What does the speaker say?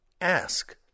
ask